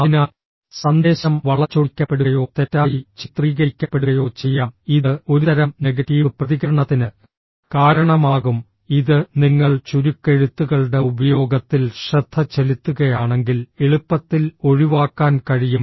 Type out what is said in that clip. അതിനാൽ സന്ദേശം വളച്ചൊടിക്കപ്പെടുകയോ തെറ്റായി ചിത്രീകരിക്കപ്പെടുകയോ ചെയ്യാം ഇത് ഒരുതരം നെഗറ്റീവ് പ്രതികരണത്തിന് കാരണമാകും ഇത് നിങ്ങൾ ചുരുക്കെഴുത്തുകളുടെ ഉപയോഗത്തിൽ ശ്രദ്ധ ചെലുത്തുകയാണെങ്കിൽ എളുപ്പത്തിൽ ഒഴിവാക്കാൻ കഴിയും